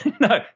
No